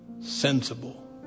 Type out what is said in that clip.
sensible